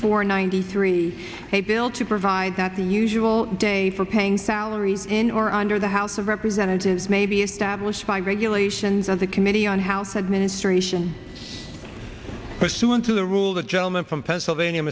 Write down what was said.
four ninety three a bill to provide that the usual day for paying salaries in or under the house of representatives may be established by regulations of the committee on house administration pursuant to the rule the gentleman from pennsylvania